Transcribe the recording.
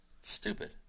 Stupid